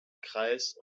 kreis